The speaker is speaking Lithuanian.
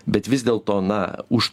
bet vis dėlto na už